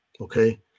okay